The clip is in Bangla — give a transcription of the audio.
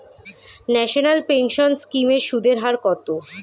ন্যাশনাল পেনশন স্কিম এর সুদের হার কত?